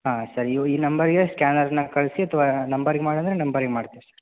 ಹಾಂ ಸರಿ ಇವ ಈ ನಂಬರಿಗೆ ಸ್ಕ್ಯಾನರನ್ನ ಕಳಿಸಿ ಅಥವಾ ನಂಬರಿಗೆ ಮಾಡು ಅಂದರೆ ನಂಬರಿಗೆ ಮಾಡ್ತೀವಿ ಸರ್